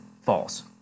False